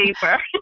paper